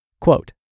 Quote